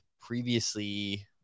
previously